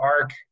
arc